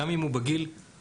גם אם הוא בגיל הזכאות.